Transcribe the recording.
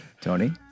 Tony